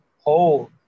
hold